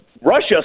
Russia